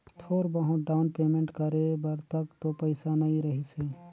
थोर बहुत down payment करे बर तक तो पइसा नइ रहीस हे